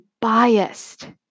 biased